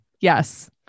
Yes